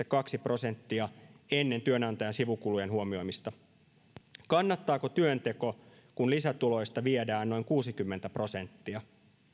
kaksi prosenttia ennen työnantajan sivukulujen huomioimista kannattaako työnteko kun lisätuloista viedään noin kuusikymmentä prosenttia